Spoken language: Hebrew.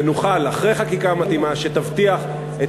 ונוכל אחרי חקיקה מתאימה שתבטיח את